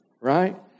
right